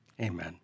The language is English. amen